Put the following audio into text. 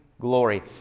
glory